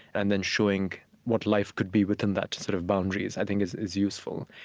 and then showing what life could be within that sort of boundaries, i think, is is useful.